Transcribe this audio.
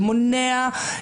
זה מונע,